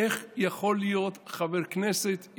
איך יכול להיות חבר כנסת,